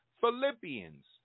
Philippians